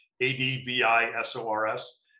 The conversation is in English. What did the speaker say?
A-D-V-I-S-O-R-S